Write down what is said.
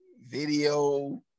video